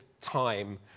time